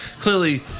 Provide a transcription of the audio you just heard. clearly